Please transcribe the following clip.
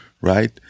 right